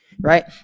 right